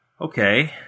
Okay